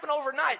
overnight